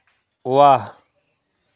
वाह